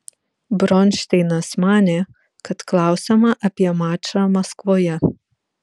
bronšteinas manė kad klausiama apie mačą maskvoje